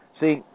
See